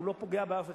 הוא לא פוגע באף אחד,